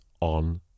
On